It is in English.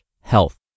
health